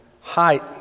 height